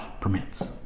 permits